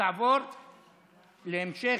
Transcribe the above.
סליחה,